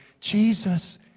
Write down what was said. Jesus